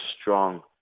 strong